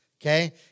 okay